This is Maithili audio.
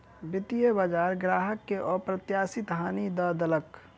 वित्तीय बजार ग्राहक के अप्रत्याशित हानि दअ देलक